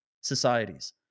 societies